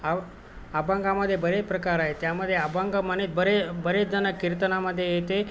आ अभंगामध्ये बरे प्रकार आहे त्यामध्ये अभंगामध्ये बरे बरेचजण कीर्तनामध्ये येते